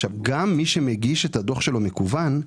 עכשיו גם מי שמגיש את הדוח שלו מקוון,